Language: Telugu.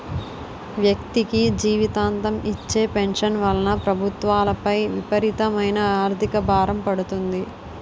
వ్యక్తికి జీవితాంతం ఇచ్చే పెన్షన్ వలన ప్రభుత్వాలపై విపరీతమైన ఆర్థిక భారం పడుతుంది